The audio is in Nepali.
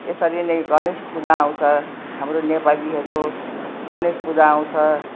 यसरी नै गणेश पूजा आउँछ हाम्रो नेपालीहरूको गणेश पूजा आउँछ